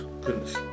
Goodness